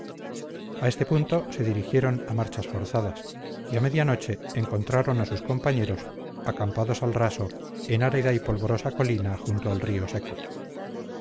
a este punto se dirigieron a marchas forzadas y a media noche encontraron a sus compañeros acampados al raso en árida y polvorosa colina junto al río seco